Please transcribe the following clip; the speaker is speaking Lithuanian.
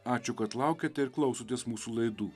ačiū kad laukiate ir klausotės mūsų laidų